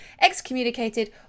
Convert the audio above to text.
excommunicated